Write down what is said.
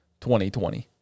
2020